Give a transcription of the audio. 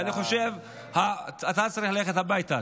אני חושב שאתה צריך ללכת הביתה.